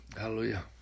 Hallelujah